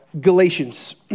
Galatians